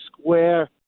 square